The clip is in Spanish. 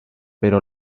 pero